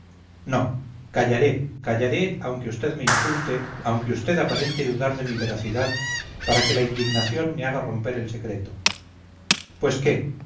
no callaré callaré aunque vd me insulte aunque vd aparente dudar de mi veracidad para que la indignación me haga romper el secreto pues qué